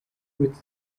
which